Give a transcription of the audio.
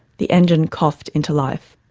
the engine coughed into life.